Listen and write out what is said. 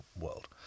world